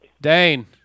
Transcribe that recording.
Dane